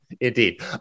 indeed